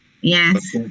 Yes